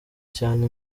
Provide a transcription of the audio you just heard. cyane